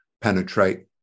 penetrate